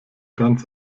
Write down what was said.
ganz